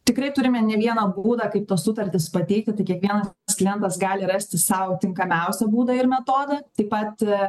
tikrai turime ne vieną būdą kaip tas sutartis pateikti tai kiekvienas klientas gali rasti sau tinkamiausią būdą ir metodą taip pat